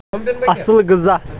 اصل غذا